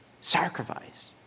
Sacrifice